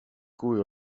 cui